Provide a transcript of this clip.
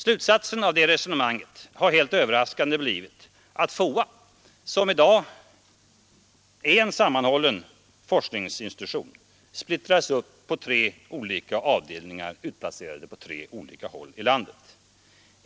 Slut satsen av det resonemanget har helt överraskande blivit att FOA, som i dag är en sammanhållen forskningsinstitution, splittras upp på tre olika avdelningar utplacerade på tre olika håll i landet.